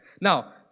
Now